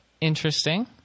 interesting